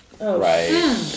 right